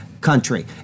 country